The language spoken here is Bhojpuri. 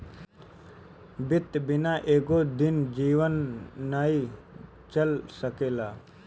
वित्त बिना एको दिन जीवन नाइ चल सकेला